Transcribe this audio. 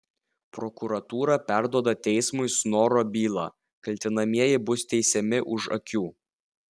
prokuratūra perduoda teismui snoro bylą kaltinamieji bus teisiami už akių